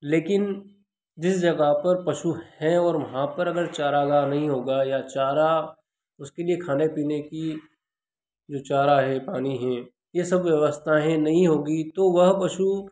लेकिन जिस जगह पर पशु हैं और वहाँ पर अगर चारागाह नहीं होगा या चारा उसके लिए खाने पीने की जो चारा है पानी है यह सब व्यवस्थाएँ नहीं होगी तो वह पशु